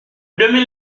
demi